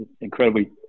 incredibly